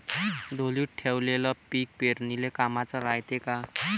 ढोलीत ठेवलेलं पीक पेरनीले कामाचं रायते का?